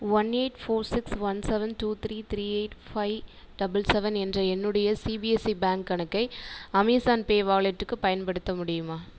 one eight four six one seven two three three eight five double seven என்ற என்னுடைய CBSC bank கணக்கை Amazon pay வாலெட்டுக்கு பயன்படுத்த முடியுமா